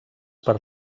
per